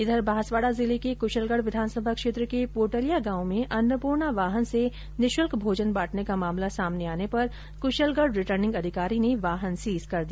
वहीं बांसवाडा जिले के कुशलगढ विधानसभा क्षेत्र के पोटलिया गाँव में अन्नपूर्णा वाहन से निश्रल्क भोजन बांटने का मामला सामने आने पर कुशलगढ रिटर्निंग अधिकारी ने वाहन सीज कर दिया